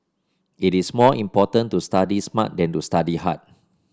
it is more important to study smart than to study hard